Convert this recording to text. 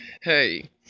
hey